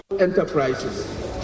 enterprises